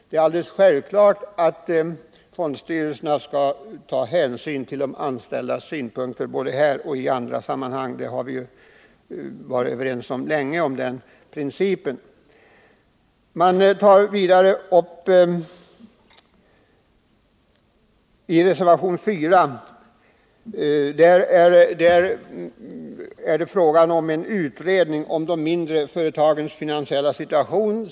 Det är alldeles självklart att fondstyrelserna skall ta hänsyn till de anställdas synpunkter både i detta och i andra sammanhang. Om den principen har vi varit överens länge. Reservation 4 gäller en utredning om de mindre och medelstora företagens finansiella situation.